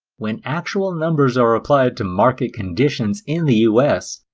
when actual numbers are applied to market conditions in the us,